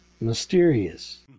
mysterious